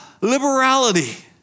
liberality